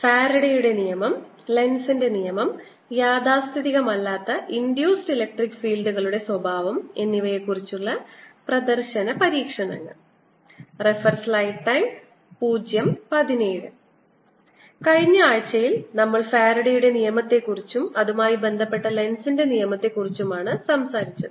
ഫാരഡെയുടെ നിയമം ലെൻസിന്റെ നിയമം യാഥാസ്ഥിതികമല്ലാത്ത ഇൻഡ്യൂസ്ഡ് ഇലക്ട്രിക് ഫീൽഡുകളുടെ സ്വഭാവം എന്നിവയെക്കുറിച്ചുള്ള പ്രദർശന പരീക്ഷണങ്ങൾ കഴിഞ്ഞ ആഴ്ചയിൽ നമ്മൾ ഫാരഡെയുടെ നിയമത്തെക്കുറിച്ചും അതുമായി ബന്ധപ്പെട്ട ലെൻസിന്റെ നിയമത്തെക്കുറിച്ചുമാണ് സംസാരിച്ചത്